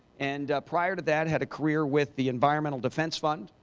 and prior to that had a career with the environmental defense fund,